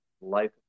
Life